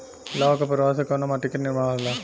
लावा क प्रवाह से कउना माटी क निर्माण होला?